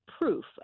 proof